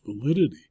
validity